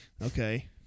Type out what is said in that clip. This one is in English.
okay